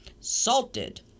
salted